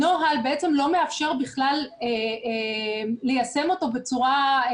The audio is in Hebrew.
הנוהל לא מאפשר בכלל ליישם אותו בצורה,